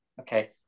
okay